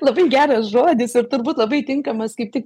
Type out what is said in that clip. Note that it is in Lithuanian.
labai geras žodis ir turbūt labai tinkamas kaip tik